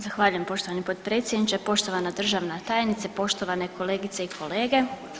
Zahvaljujem poštovani potpredsjedniče, poštovana državna tajnice, poštovane kolegice i kolege.